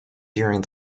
during